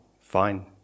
fine